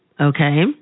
Okay